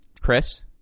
Chris